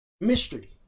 mystery